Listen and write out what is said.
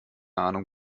ahnung